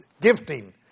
Gifting